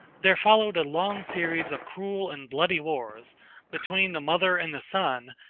there followed a long series of cruel and bloody wars between the mother and the son,